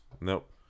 Nope